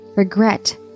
regret